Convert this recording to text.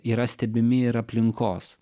yra stebimi ir aplinkos